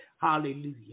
Hallelujah